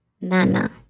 Nana